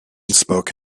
spoke